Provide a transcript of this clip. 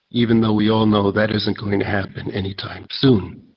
even though we all know that isn't going to happen anytime soon.